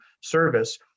service